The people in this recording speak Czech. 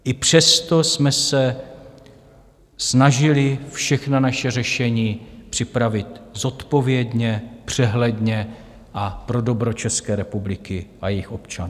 I přesto jsme se snažili všechna naše řešení připravit zodpovědně, přehledně a pro dobro České republiky a jejích občanů.